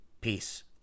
Peace